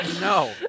no